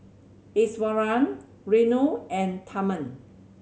Iswaran Renu and Tharman